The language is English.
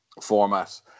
format